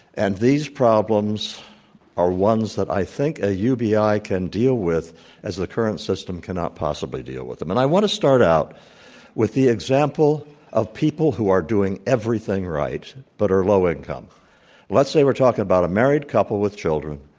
and these problems are ones that i think a ubi can deal with as the current system cannot possibly deal with. and i want to start out with the example of people who are doing everything right but are low-income. let's say we're talking about a married couple with children.